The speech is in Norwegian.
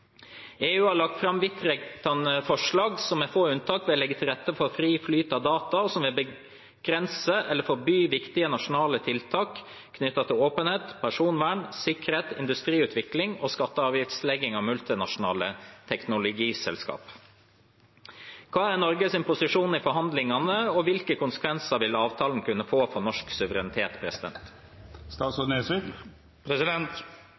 EU har lagt frem vidtrekkende forslag som med få unntak vil legge til rette for fri flyt av data, og som vil begrense eller forby viktige nasjonale tiltak knyttet til åpenhet, personvern, sikkerhet, industriutvikling og skatte- og avgiftslegging av multinasjonale teknologiselskap. Hva er Norges posisjon i forhandlingene, og hvilke konsekvenser vil avtalen kunne få for norsk suverenitet?»